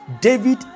david